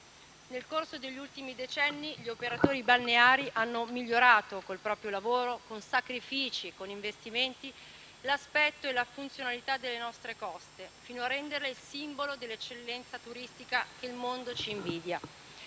Nel corso degli ultimi decenni gli operatori balneari hanno migliorato, con il proprio lavoro, sacrifici e investimenti, l'aspetto e la funzionalità delle nostre coste, fino a renderle il simbolo dell'eccellenza turistica che il mondo ci invidia.